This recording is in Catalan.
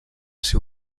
ser